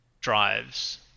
drives